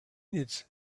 needs